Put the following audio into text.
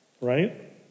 right